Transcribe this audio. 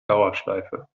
dauerschleife